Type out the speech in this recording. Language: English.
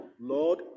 Lord